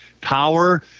power